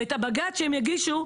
ואת הבג"ץ שהם יגישו,